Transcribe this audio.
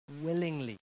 willingly